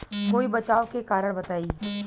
कोई बचाव के कारण बताई?